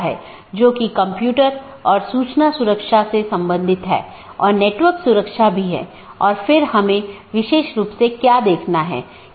यह मूल रूप से ऑटॉनमस सिस्टमों के बीच सूचनाओं के आदान प्रदान की लूप मुक्त पद्धति प्रदान करने के लिए विकसित किया गया है इसलिए इसमें कोई भी लूप नहीं होना चाहिए